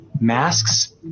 Masks